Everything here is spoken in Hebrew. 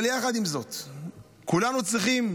אבל יחד עם זאת, כולנו צריכים